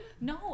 No